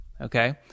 okay